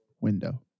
window